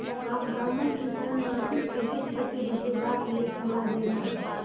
आब गामक किसान माटिक पोषक तत्व बचेबाक लेल सलाह दै छै